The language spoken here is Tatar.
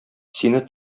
сине